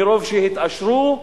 מרוב שהתעשרו,